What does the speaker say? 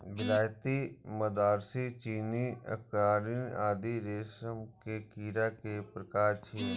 विलायती, मदरासी, चीनी, अराकानी आदि रेशम के कीड़ा के प्रकार छियै